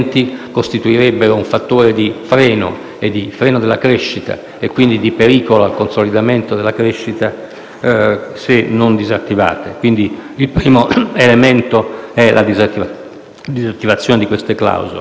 costituirebbero un fattore di freno della crescita e, pertanto, pericolo per il consolidamento della crescita se non disattivate. Il primo elemento è, quindi, la disattivazione di dette clausole.